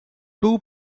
two